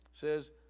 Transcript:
says